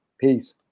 peace